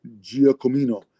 Giacomino